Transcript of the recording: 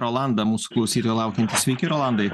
rolandą mūsų klausytoją laukiantį sveiki rolandai